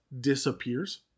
disappears